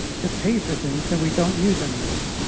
to pay for things that we don't use anymore.